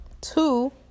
Two